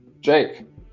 Jake